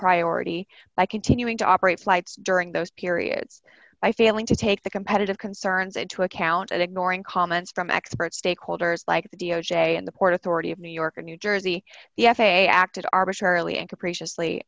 priority by continuing to operate flights during those periods by failing to take the competitive concerns into account and ignoring comments from experts stakeholders like the d o j and the port authority of new york or new jersey the f a a acted arbitrarily and capriciously